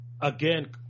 again